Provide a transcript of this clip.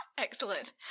Excellent